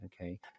Okay